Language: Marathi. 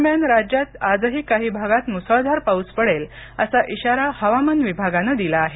दरम्यान राज्यात आजही काही भागात मुसळधार पाऊस पडेल असा इशारा हवामान विभागानं दिला आहे